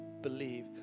believe